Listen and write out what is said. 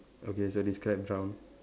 okay so describe brown